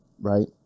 right